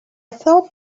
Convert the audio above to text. thought